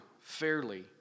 fairly